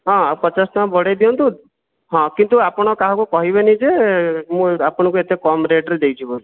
ହଁ ଆଉ ପଚାଶ ଟଙ୍କା ବଢ଼ାଇ ଦିଅନ୍ତୁ ହଁ କିନ୍ତୁ ଆପଣ କାହାକୁ କହିବେନି ଯେ ମୁଁ ଆପଣଙ୍କୁ ଏତେ କମ୍ ରେଟ୍ରେ ଦେଇଛି ବୋଲି